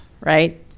right